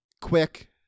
Quick